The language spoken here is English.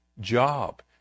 job